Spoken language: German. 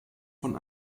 von